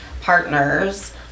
partners